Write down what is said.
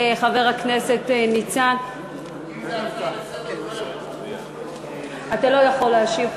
אתה לא יכול להשיב,